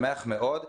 אני שמח מאוד.